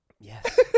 Yes